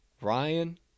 Ryan